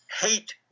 hate